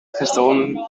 personen